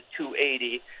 280